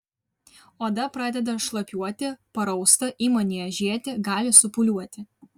oda pradeda šlapiuoti parausta ima niežėti gali supūliuoti